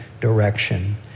direction